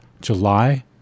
July